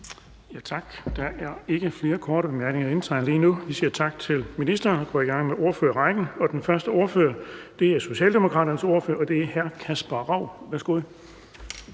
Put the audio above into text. er ikke flere indtegnet til korte bemærkninger lige nu. Vi siger tak til ministeren og går i gang med ordførerrækken. Den første ordfører er Socialdemokraternes ordfører, og det er hr. Kasper Roug. Værsgo.